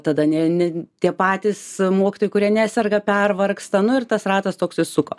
tada ne ne tie patys mokytojai kurie neserga pervargsta nu ir tas ratas toks išsuko